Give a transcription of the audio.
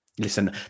listen